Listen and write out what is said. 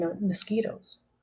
mosquitoes